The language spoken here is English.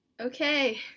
okay